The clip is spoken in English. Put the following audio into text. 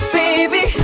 baby